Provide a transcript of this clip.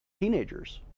teenagers